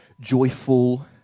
joyful